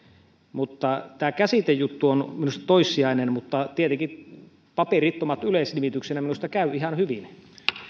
tämä käsitejuttu on minusta toissijainen mutta tietenkin paperittomat yleisnimityksenä minusta käy ihan hyvin